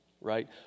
right